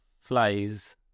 flies